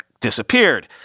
disappeared